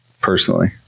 personally